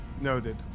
Noted